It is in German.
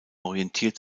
orientiert